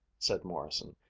said morrison,